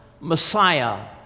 messiah